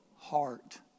Heart